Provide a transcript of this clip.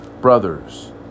brothers